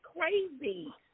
crazy